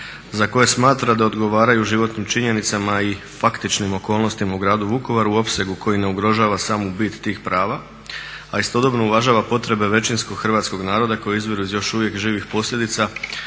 za koje smatra da odgovaraju životnim činjenicama i faktičnim okolnostima u gradu Vukovaru u opsegu koji ne ugrožava samu bit tih prava, a istodobno uvažava potrebe većinskog hrvatskog naroda koji izviru iz još uvijek živih posljedica